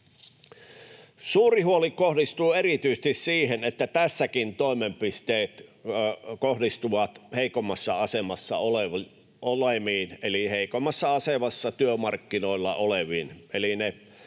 Suuri huoli kohdistuu erityisesti siihen, että tässäkin toimenpiteet kohdistuvat heikommassa asemassa oleviin, eli heikommassa asemassa työmarkkinoilla oleviin,